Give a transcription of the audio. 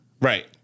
Right